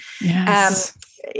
Yes